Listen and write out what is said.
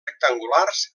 rectangulars